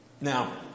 Now